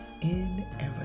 inevitable